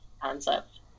concept